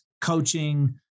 coaching